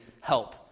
help